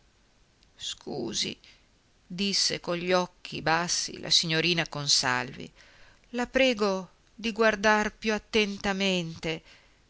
scusi disse con gli occhi bassi la signorina consalvi la prego di guardar più attentamente